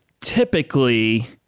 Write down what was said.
typically